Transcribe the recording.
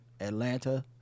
atlanta